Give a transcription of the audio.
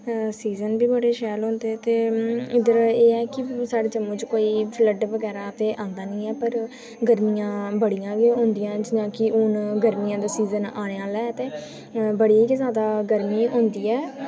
ते सीज़न बी बड़े शैल होंदे ते इद्धर एह् ऐ की साढ़े जम्मू च ओह् फ्लड बगैरा ते आंदा निं ऐ पर गर्मियां बड़ियां होंदियां की हू'न गर्मियें सीज़न आने आह्ला ऐ ते हू'न बड़ी गै जादै गर्मी होंदी